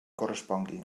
correspongui